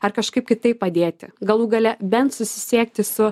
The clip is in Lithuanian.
ar kažkaip kitaip padėti galų gale bent susisiekti su